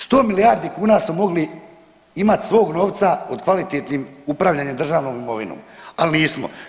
100 milijardi kuna smo mogli imati svog novca pod kvalitetnim upravljanjem državnom imovinom, ali nismo.